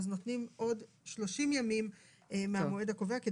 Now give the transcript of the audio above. נותנים עוד 30 ימים מהמועד הקובע,